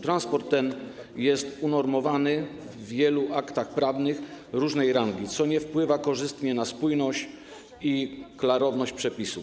Transport ten jest unormowany w wielu aktach prawnych różnej rangi, co nie wpływa korzystnie na spójność i klarowność przepisów.